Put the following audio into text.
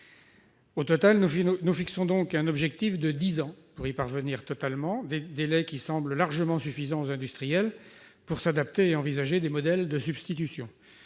Au total, nous nous fixons donc un objectif de dix ans pour y parvenir totalement, des délais qui semblent largement suffisants aux industriels pour s'adapter et envisager des modèles de substitution.